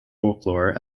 folklore